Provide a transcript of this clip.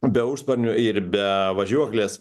be užsparnių ir be važiuoklės